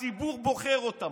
הציבור בוחר אותה.